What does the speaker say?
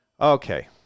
Okay